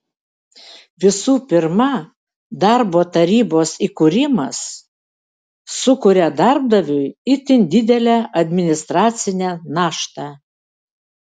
visų pirma darbo tarybos įkūrimas sukuria darbdaviui itin didelę administracinę naštą